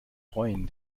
freuen